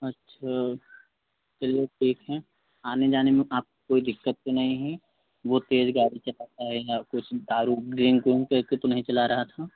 अच्छा चलिए ठीक है आने जाने में आपको कोई दिक्कत तो नहीं हुई वो तेज़ गाड़ी चलाता है या फिर दारू ड्रिंक विंक करके तो नहीं चला रहा था